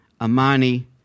Amani